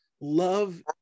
love